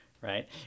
right